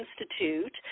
Institute